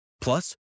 Plus